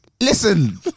listen